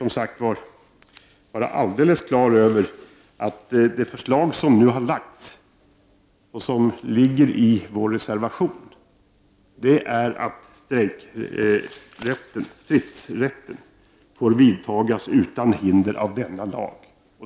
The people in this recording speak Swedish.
Man bör vara alldeles på det klara med att det förslag som nu har lagts fram i vår reservation innebär att stridsåtgärder får vidtagas utan hinder av denna lag.